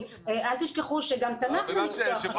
אל תשכחו שגם תנ"ך זה מקצוע חשוב.